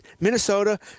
Minnesota